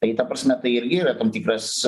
tai ta prasme tai ir yra tam tikras